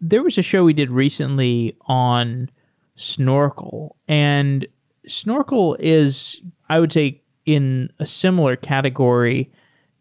there was a show we did recently on snorkel, and snorkel is i would say in a similar category